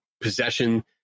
possession